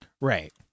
right